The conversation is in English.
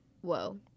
Whoa